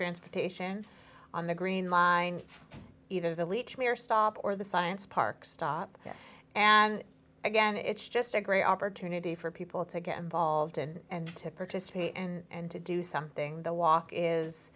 transportation on the green line either the leach mayor stop or the science park stop and again it's just a great opportunity for people to get involved and to participate and to do something the walk